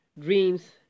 dreams